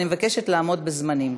אני מבקשת לעמוד בזמנים.